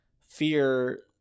fear